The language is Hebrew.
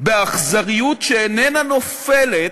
באכזריות שאיננה נופלת